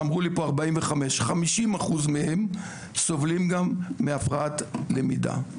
אמרו לי פה 45 50 אחוז מהם סובלים גם מהפרעת למידה.